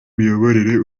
miyoborere